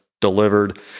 delivered